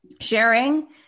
sharing